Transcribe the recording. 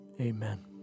amen